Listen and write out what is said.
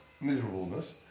miserableness